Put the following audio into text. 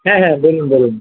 হ্যাঁ হ্যাঁ বলুন বলুন